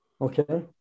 okay